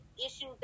issues